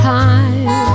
time